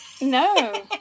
no